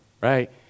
right